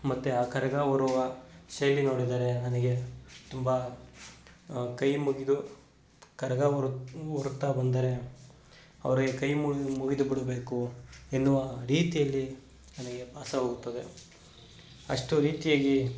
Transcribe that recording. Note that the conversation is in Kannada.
ಮತ್ತು ಆ ಕರಗ ಹೊರುವ ಶೈಲಿ ನೋಡಿದರೆ ನನಗೆ ತುಂಬ ಕೈ ಮುಗಿದು ಕರಗ ಹೊರುತ್ತಾ ಬಂದರೆ ಅವ್ರಿಗೆ ಕೈ ಮುಗಿ ಮುಗಿದುಬಿಡಬೇಕು ಎನ್ನುವ ರೀತಿಯಲ್ಲಿ ನನಗೆ ಭಾಸವಾಗುತ್ತದೆ ಅಷ್ಟು ರೀತಿಯಾಗಿ